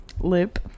lip